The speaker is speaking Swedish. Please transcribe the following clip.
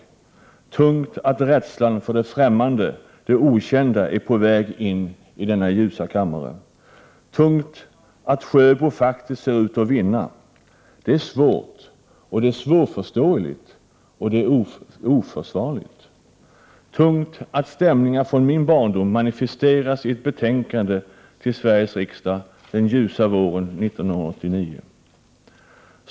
Det är tungt att rädslan för det främmande — det okända — är på väg in i denna ljusa kammare. Det är tungt att Sjöbo faktiskt ser ut att vinna — det är svårt, det är Prot. 1988/89:125 svårförståeligt och det är oförsvarligt. 31 maj 1989 Det är tungt att stämningar från min barndom manifesteras i ett betänkande till Sveriges riksdag den ljusa våren 1989.